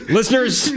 Listeners